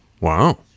Wow